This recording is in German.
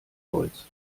holz